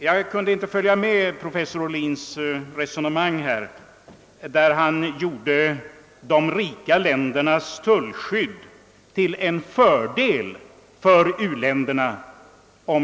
Jag kunde inte följa med i professor Ohlins resonemang, enligt vilket, om jag förstod honom rätt, de rika ländernas tullskydd skulle vara en fördel för u-länderna.